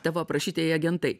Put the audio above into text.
tavo aprašytieji agentai